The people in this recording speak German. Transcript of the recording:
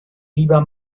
lieber